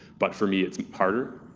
but for me it's harder,